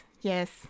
yes